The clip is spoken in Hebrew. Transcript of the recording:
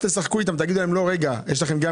האם אז תשחקו איתם ותגידו להם: "רגע, יש לכם"?